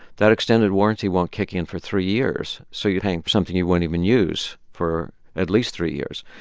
that extended warranty won't kick in for three years. so you're paying for something you won't even use for at least three years.